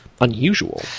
unusual